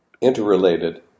Interrelated